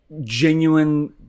genuine